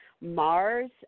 Mars